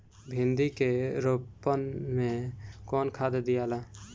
भिंदी के रोपन मे कौन खाद दियाला?